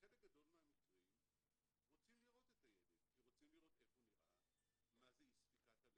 בחלק גדול מהמקרים רוצים לראות את הילד כי רוצים לראות איך הוא נראה,